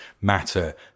matter